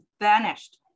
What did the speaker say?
vanished